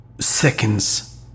seconds